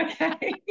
Okay